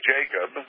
Jacob